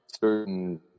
certain